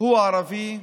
הוא ערבי,